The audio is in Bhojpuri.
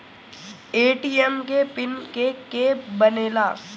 ए.टी.एम के पिन के के बनेला?